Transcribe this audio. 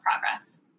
progress